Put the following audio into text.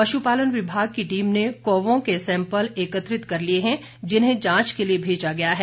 पश्पालन विभाग की टीम ने कौवों के सैंपल एकत्रित कर लिए हैं जिन्हें जांच के लिए भेजा गया है